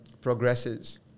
progresses